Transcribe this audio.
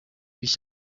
bishya